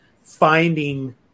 finding